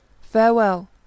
Farewell